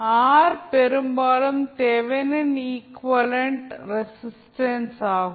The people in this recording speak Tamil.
ஆர் பெரும்பாலும் தெவெனின் ஈகுவலன்ட் ரெஸிஸ்டன்ஸ் ஆகும்